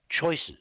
choices